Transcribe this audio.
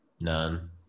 None